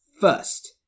First